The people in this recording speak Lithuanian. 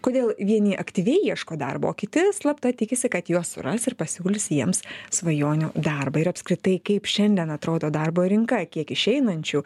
kodėl vieni aktyviai ieško darbo o kiti slapta tikisi kad juos ras ir pasiūlys jiems svajonių darbą ir apskritai kaip šiandien atrodo darbo rinka kiek išeinančių